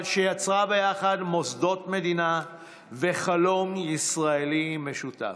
אבל יצרה ביחד מוסדות מדינה וחלום ישראלי משותף.